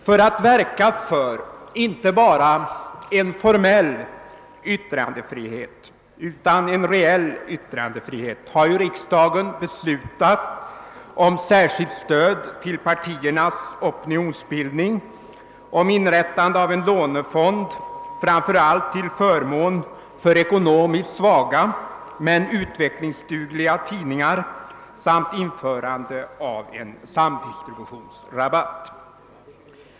För att verka inte bara för en formell utan även för en reell yttrandefrihet har riksdagen beslutat om särskilt stöd till partiernas opinionsbildning, om inrättande av en lånefond framför allt till förmån för ekonomiskt svaga men utvecklingsdugliga tidningar samt om införande av en samdistributionsrabatt.